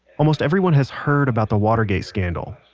almost everyone has heard about the watergate scandal,